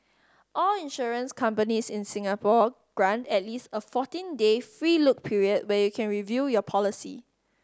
all insurance companies in Singapore grant at least a fourteen day free look period where you can review your policy